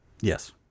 Yes